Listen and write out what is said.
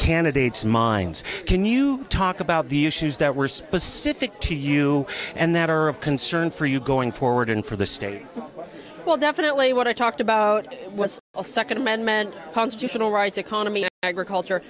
candidates minds can you talk about the issues that were specific to you and that are of concern for you going forward for the state well definitely what i talked about was a second amendment constitutional rights economy agriculture